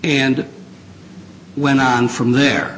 and went on from there